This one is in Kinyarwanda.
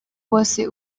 bose